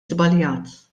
żbaljat